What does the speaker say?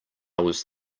was